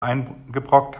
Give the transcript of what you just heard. eingebrockt